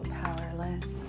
powerless